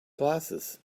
glasses